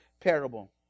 parable